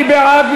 מי בעד?